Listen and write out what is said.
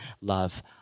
love